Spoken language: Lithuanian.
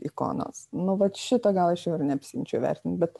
ikonos nu vat šito gal aš jau ir neapsiimčiau vertint bet